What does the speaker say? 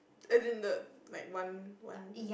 as in the like one one